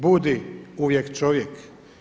Budi uvijek čovjek.